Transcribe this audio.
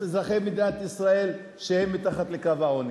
אזרחי מדינת ישראל שהם מתחת לקו העוני,